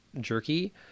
jerky